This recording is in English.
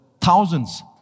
thousands